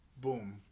boom